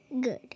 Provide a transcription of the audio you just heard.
Good